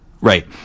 Right